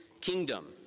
kingdom